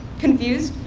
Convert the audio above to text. confused,